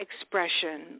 expression